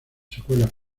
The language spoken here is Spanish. secuelas